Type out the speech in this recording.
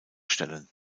stellen